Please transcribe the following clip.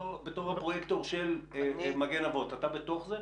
בתור הפרויקט של מגן אבות ואימהות, אתה בתוך זה?